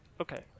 Okay